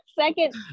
Second